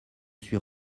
suis